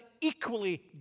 equally